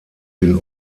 den